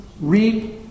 reap